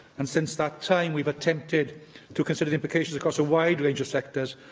and since that time, we've attempted to consider the implications across a wide range of sectors,